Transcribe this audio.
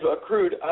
accrued